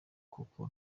kuko